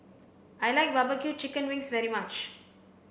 I like barbecue chicken wings very much